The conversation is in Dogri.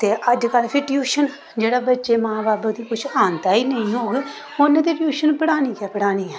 ते अजकल्ल फिर ट्यूशन जेह्ड़ा बच्चे मां बब्ब दी कुछ औंदा गै नेईं होग उ'न्न ते ट्यूशन पढ़ानी गै पढ़ानी ऐ